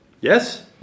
Yes